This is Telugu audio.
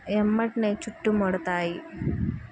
వెంటనే చుట్టూ ముడతాయి